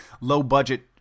low-budget